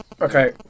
Okay